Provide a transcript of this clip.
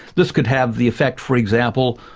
this could have the effect, for example,